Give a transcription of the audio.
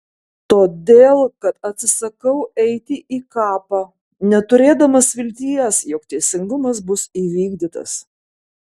todėl kad atsisakau eiti į kapą neturėdamas vilties jog teisingumas bus įvykdytas